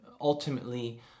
ultimately